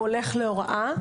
הוא הולך להוראה,